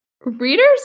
readers